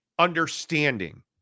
understanding